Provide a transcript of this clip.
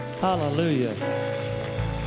Hallelujah